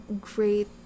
great